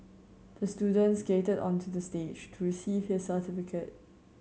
the student skated onto the stage to receive his certificate